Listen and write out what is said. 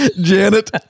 Janet